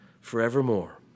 forevermore